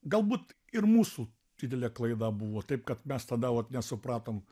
galbūt ir mūsų didelė klaida buvo taip kad mes tada vat nesupratom